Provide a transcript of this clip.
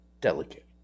delicate